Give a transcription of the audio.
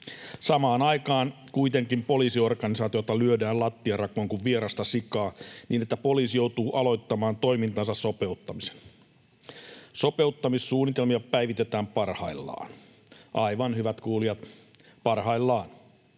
Samaan aikaan kuitenkin poliisiorganisaatiota lyödään lattianrakoon kuin vierasta sikaa niin, että poliisi joutuu aloittamaan toimintansa sopeuttamisen. Sopeuttamissuunnitelmia päivitetään parhaillaan — aivan, hyvät kuulijat, parhaillaan,